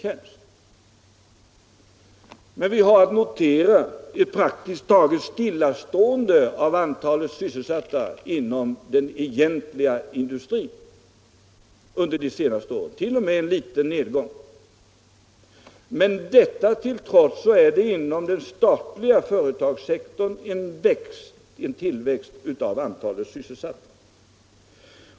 Vi har under de senaste åren kunnat notera ett praktiskt taget stillastående antal sysselsatta inom den egentliga industrin — t.o.m. en liten nedgång. Detta till trots är det inom den statliga företagssektorn en tillväxt av antalet sysselsatta.